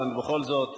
אבל בכל זאת,